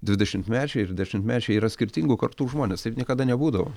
dvidešimtmečiai ir dešimtmečiai yra skirtingų kartų žmonės taip niekada nebūdavo